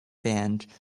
band